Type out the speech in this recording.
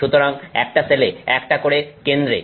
সুতরাং 1টা সেলে 1টা করে কেন্দ্রে